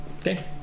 okay